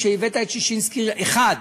כשהבאת את ששינסקי 1,